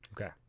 Okay